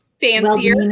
fancier